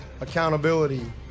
accountability